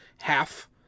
half